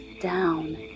down